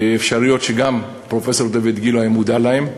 אפשרויות שגם פרופסור דיויד גילה היה מודע להן.